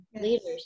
leaders